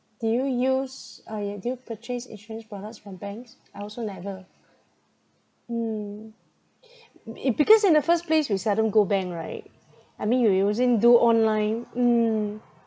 do you use uh yeah do you purchase insurance products from banks I also never mm it because in the first place we seldom go bank right I mean you using do online mm